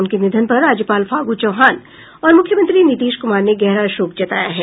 उनके निधन पर राज्यपाल फागू चौहान और मुख्यमंत्री नीतीश कुमार ने गहरा शोक जताया है